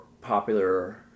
popular